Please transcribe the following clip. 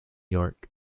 york